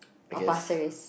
I guess